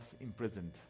imprisoned